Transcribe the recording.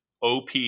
op